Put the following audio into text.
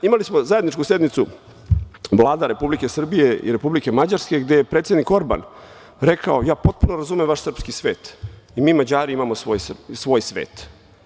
Imali smo zajedničku sednicu Vlada Republike Srbije i Republike Mađarske, gde je predsednik Orban rekao – ja potpuno razumem vaš srpski svet, i mi Mađari imamo svoj svet.